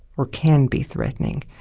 or can be threatening.